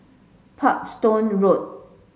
Parkstone Road